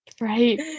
Right